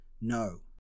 No